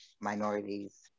minorities